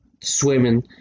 swimming